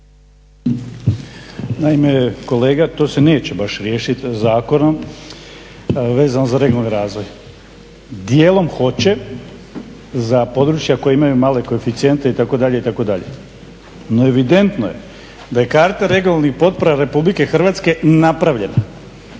Naime, kolega to se neće baš riješiti Zakonom vezano za regionalni razvoj, dijelom hoće za područja koja imaju male koeficijente itd. No evidentno je da je karta regionalnih potpora RH napravljena